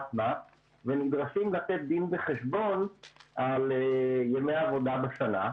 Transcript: מס ונדרשים לתת דין וחשבון על ימי עבודה בשנה,